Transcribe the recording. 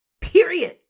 period